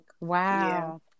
wow